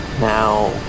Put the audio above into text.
Now